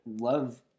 love